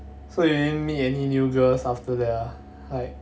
so you didn't meet any new girls after that ah